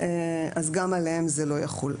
אז גם עליהם זה לא יחול.